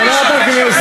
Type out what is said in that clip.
זה בדיוק מה שמפחיד אתכם.